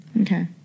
Okay